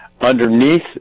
underneath